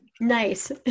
nice